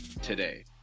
today